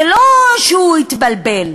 זה לא שהוא התבלבל,